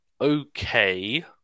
okay